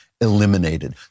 eliminated